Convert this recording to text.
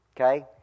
Okay